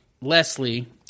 Leslie